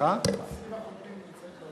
(קוראת בשמות חברי הכנסת)